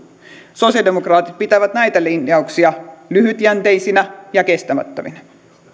sosialidemokraatit pitävät näitä linjauksia lyhytjänteisinä ja kestämättöminä